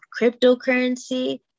cryptocurrency